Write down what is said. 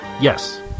Yes